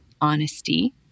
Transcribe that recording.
honesty